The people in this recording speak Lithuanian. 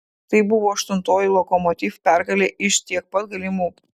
tai buvo aštuntoji lokomotiv pergalė iš tiek pat galimų